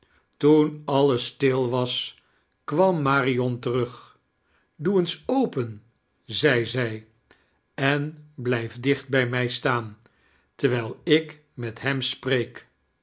toen alles stil was kwam marion terug doe eens open zedde zij en blijf dicht bij mij staan terwijl ik met hem spreek